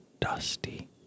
dusty